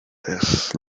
this